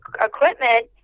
equipment